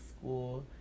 school